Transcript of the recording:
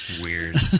Weird